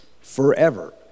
forever